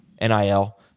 NIL